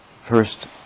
first